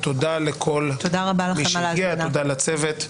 תודה לכל מי שהגיע, תודה לצוות.